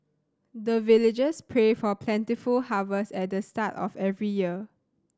the villagers pray for plentiful harvest at the start of every year